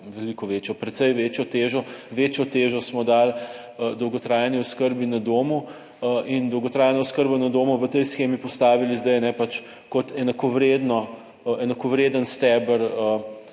veliko večjo, precej večjo težo, večjo težo smo dali dolgotrajni oskrbi na domu in dolgotrajno oskrbo na domu v tej shemi postavili zdaj kot enakovredno, enakovreden steber